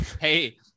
Hey